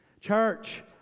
Church